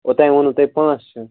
اوٚتام ووٚنو تۄہہِ پانٛژھ چھِ